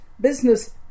business